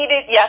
yes